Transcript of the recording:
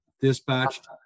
dispatched